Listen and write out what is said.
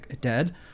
dead